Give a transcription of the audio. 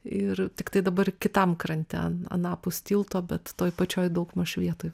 ir tiktai dabar kitam krante anapus tilto bet toj pačioj daugmaž vietoj